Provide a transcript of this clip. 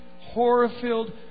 horror-filled